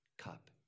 cup